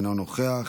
אינו נוכח,